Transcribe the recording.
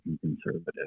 conservative